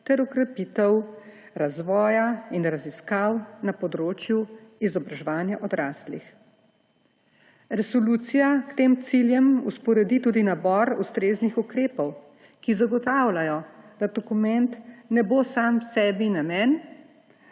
ter okrepitev razvoja in raziskav na področju izobraževanja odraslih. Resolucija k tem ciljem vzporedi tudi nabor ustreznih ukrepov, ki zagotavljajo, da dokument ne bo sam sebi namen,